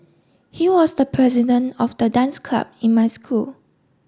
he was the president of the dance club in my school